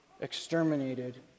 exterminated